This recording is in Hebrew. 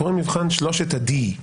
קוראים מבחן שלושת ה-D,